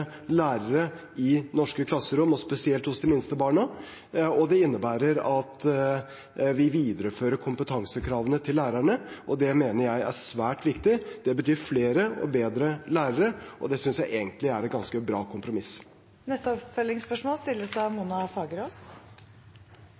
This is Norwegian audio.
lærere i norske klasserom og spesielt hos de minste barna, og det innebærer at vi viderefører kompetansekravene til lærerne. Det mener jeg er svært viktig. Det betyr flere og bedre lærere, og det synes jeg egentlig er et ganske bra kompromiss. Mona Fagerås – til oppfølgingsspørsmål.